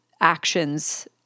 actions